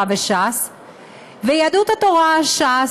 אבל יהדות התורה וש"ס,